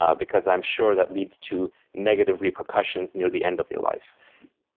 ah because i'm sure that leads to negative repercussions near the end of your life.